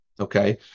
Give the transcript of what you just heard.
Okay